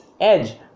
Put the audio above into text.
Edge